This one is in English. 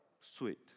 sweet